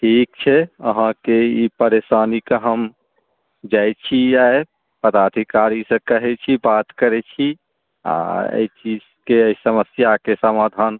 ठीक छै अहाँके ई परेशानी के हम जाइ छी आइ पदाधिकारी से कहै छी बात करै छी आ अहि चीजके ई समस्याके समाधान